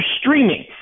streaming